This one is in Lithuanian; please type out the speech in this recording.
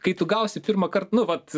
kai tu gausi pirmąkart nu vat